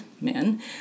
men